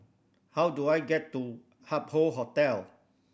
how do I get to Hup Hoe Hotel